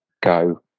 go